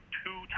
two